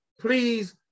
please